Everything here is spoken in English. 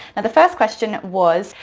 and the first question was,